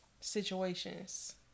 situations